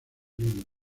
límites